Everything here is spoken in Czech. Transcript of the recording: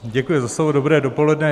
Děkuji za slovo, dobré dopoledne.